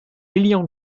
lillian